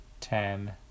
ten